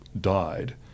died